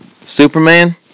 Superman